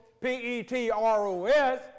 P-E-T-R-O-S